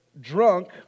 drunk